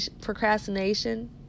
procrastination